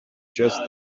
just